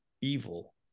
evil